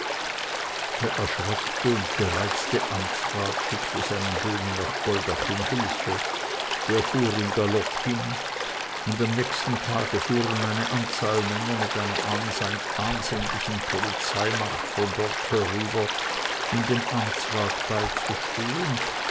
der erschreckte und gereizte amtsrat schickte seinen böhni nach goldach um hilfe der fuhr im galopp hin und am nächsten tage fuhren eine anzahl männer mit einer ansehnlichen polizeimacht von dort herüber um dem amtsrat beizustehen